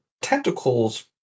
tentacles